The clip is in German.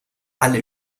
alle